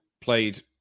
played